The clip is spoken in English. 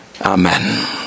Amen